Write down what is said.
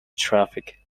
traffic